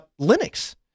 Linux